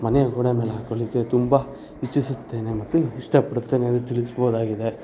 ಮನೆಯ ಗೋಡೆ ಮೇಲೆ ಹಾಕಿಕೊಳ್ಲಿಕ್ಕೆ ತುಂಬ ಇಚ್ಛಿಸುತ್ತೇನೆ ಮತ್ತು ಇಷ್ಟಪಡುತ್ತೇನೆ ಅಂದು ತಿಳಿಸ್ಬೋದಾಗಿದೆ